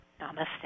Namaste